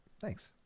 thanks